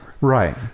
right